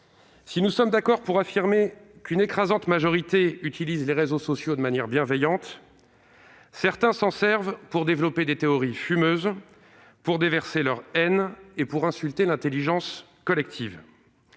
et nous sommes d'accord pour l'affirmer -une écrasante majorité utilise les réseaux sociaux de manière bienveillante, certains s'en servent pour développer des théories fumeuses pour déverser leur haine et pour insulter l'intelligence collective.